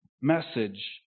message